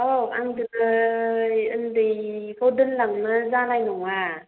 आं दिनै उन्दैनिखौ दोनलांनो जानाय नङा